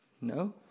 No